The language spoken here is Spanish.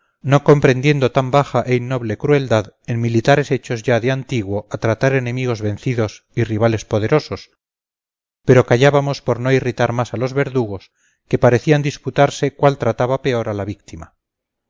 no comprendiendo tan baja e innoble crueldad en militares hechos ya de antiguo a tratar enemigos vencidos y rivales poderosos pero callábamos por no irritar más a los verdugos que parecían disputarse cuál trataba peor a la víctima